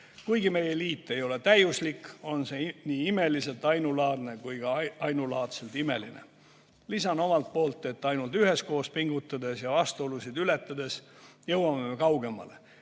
Kuigi meie liit ei ole täiuslik, on see nii imeliselt ainulaadne kui ka ainulaadselt imeline." Lisan omalt poolt, et ainult üheskoos pingutades ja vastuolusid ületades jõuame me kaugemale.